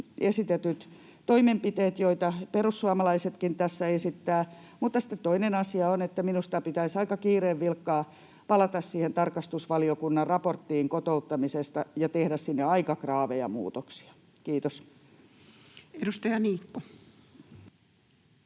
esitetyt toimenpiteet, joita perussuomalaisetkin tässä esittävät, mutta sitten toinen asia on, että minusta pitäisi aika kiireen vilkkaa palata siihen tarkastusvaliokunnan raporttiin kotouttamisesta ja tehdä sinne aika graaveja muutoksia. — Kiitos. [Speech 243]